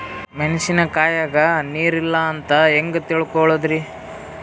ಮೆಣಸಿನಕಾಯಗ ನೀರ್ ಇಲ್ಲ ಅಂತ ಹೆಂಗ್ ತಿಳಕೋಳದರಿ?